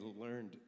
learned